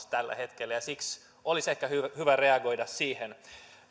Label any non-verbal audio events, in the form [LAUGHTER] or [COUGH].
[UNINTELLIGIBLE] tällä hetkellä ja siksi olisi ehkä hyvä hyvä reagoida siihen